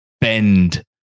bend